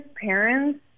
parents